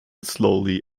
slowly